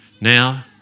now